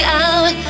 out